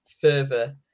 further